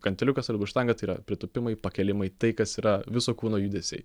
gantiliukas arba štanga tai yra pritūpimai pakėlimai tai kas yra viso kūno judesiai